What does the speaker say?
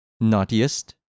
naughtiest